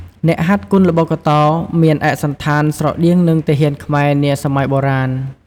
អ្នកហាត់គុនល្បុក្កតោមានឯកសណ្ឋានស្រដៀងនឹងទាហានខ្មែរនាសម័យបុរាណ។